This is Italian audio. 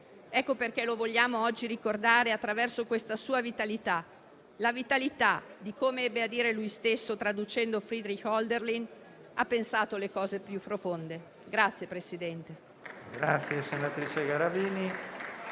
oggi lo vogliamo ricordare attraverso questa sua vitalità: la vitalità - come ebbe a dire lui stesso traducendo Friedrich Hölderlin - ha pensato le cose più profonde.